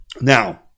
Now